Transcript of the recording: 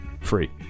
free